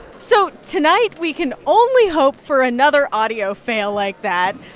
so tonight, we can only hope for another audio fail like that.